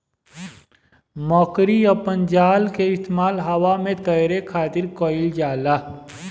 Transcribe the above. मकड़ी अपना जाल के इस्तेमाल हवा में तैरे खातिर कईल जाला